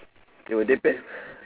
it will depend